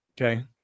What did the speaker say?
Okay